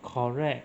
correct